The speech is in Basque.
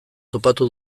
topatu